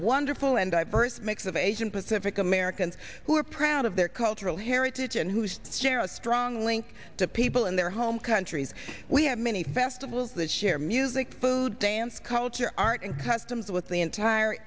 wonderful and i burst mix of asian pacific americans who are proud of their cultural heritage and whose share a strong link to people in their home countries we have many festivals that share music food dance culture art and customs with the entire